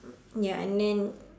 ya and then